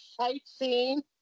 sightseeing